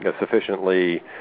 sufficiently